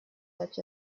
such